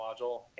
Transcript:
module